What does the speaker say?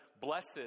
Blessed